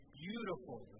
beautiful